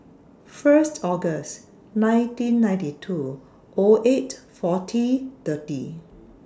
First August nineteen ninety two O eight forty thirty